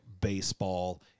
baseball